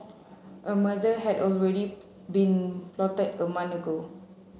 a murder had already been plotted a month ago